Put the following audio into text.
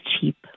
cheap